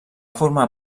formar